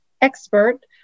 expert